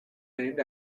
named